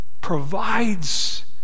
provides